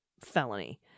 felony